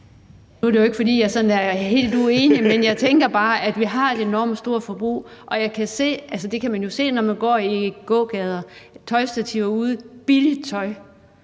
Nu er det jo ikke, fordi jeg sådan er helt uenig, men jeg tænker bare, at vi har et enormt stort forbrug. Det kan man jo se, når man går i gågader. Der står tøjstativer med billigt tøj,